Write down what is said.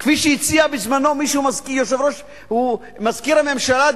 כפי שהציע בזמנו מי שהוא מזכיר הממשלה דהיום,